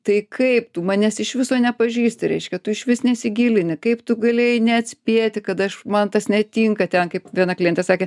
tai kaip tu manęs iš viso nepažįsti reiškia tu išvis nesigilini kaip tu galėjai neatspėti kad aš man tas netinka ten kaip viena klientė sakė